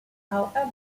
however